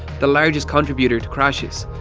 the largest contributor to crashes.